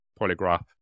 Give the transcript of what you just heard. polygraph